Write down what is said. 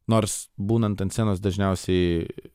nors būnant ant scenos dažniausiai